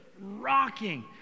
rocking